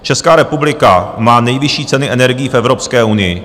Česká republika má nejvyšší ceny energií v Evropské unii.